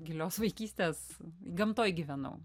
gilios vaikystės gamtoj gyvenau